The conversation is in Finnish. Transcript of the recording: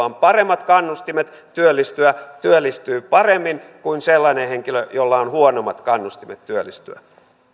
on paremmat kannustimet työllistyä työllistyy paremmin kuin sellainen henkilö jolla on huonommat kannustimet työllistyä